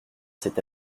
cet